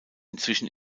inzwischen